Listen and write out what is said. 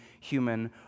human